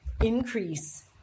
increase